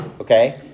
okay